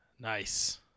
Nice